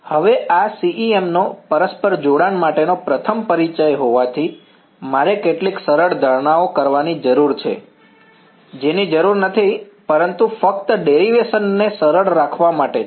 હવે આ CEM નો પરસ્પર જોડાણ માટેનો પ્રથમ પરિચય હોવાથી મારે કેટલીક સરળ ધારણાઓ કરવાની જરૂર છે જેની જરૂર નથી પરંતુ તે ફક્ત ડેરીવેશન ને સરળ રાખવા માટે છે